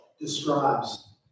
describes